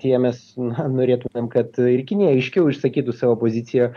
tie mes norėtumėm kad ir kinija aiškiau išsakytų savo poziciją